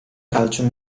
calcio